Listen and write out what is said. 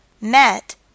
met